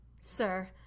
Sir